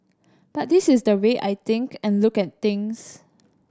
but this is the way I think and look at things